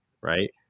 right